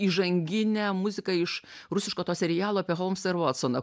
įžanginę muziką iš rusiško to serialo apie holmsą ir vatsoną